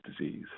disease